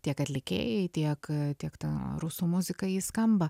tiek atlikėjai tiek tiek ta rusų muzika ji skamba